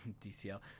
DCL